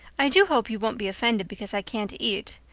i do hope you won't be offended because i can't eat.